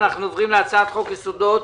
אנחנו עוברים להצעת חוק יסודות